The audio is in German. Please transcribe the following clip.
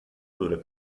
wurde